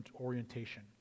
orientation